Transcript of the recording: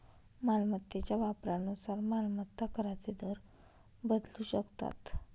मालमत्तेच्या वापरानुसार मालमत्ता कराचे दर बदलू शकतात